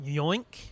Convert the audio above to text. Yoink